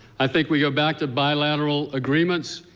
i think we go back to bilateral agreements,